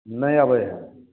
नहि अबैत है